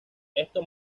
esto